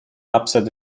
upset